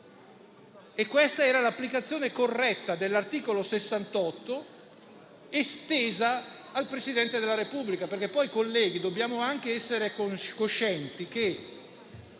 Questa era l'applicazione corretta dell'articolo 68 estesa al Presidente della Repubblica. Colleghi, dobbiamo anche essere coscienti del